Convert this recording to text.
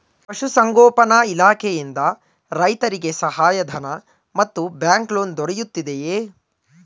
ಪಶು ಸಂಗೋಪನಾ ಇಲಾಖೆಯಿಂದ ರೈತರಿಗೆ ಸಹಾಯ ಧನ ಮತ್ತು ಬ್ಯಾಂಕ್ ಲೋನ್ ದೊರೆಯುತ್ತಿದೆಯೇ?